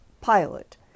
pilot